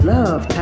Love